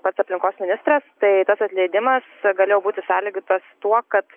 pats aplinkos ministras tai tas atleidimas galėjo būti sąlygatas tuo kad